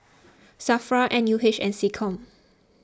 Safra N U H and SecCom